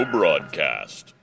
Broadcast